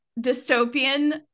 dystopian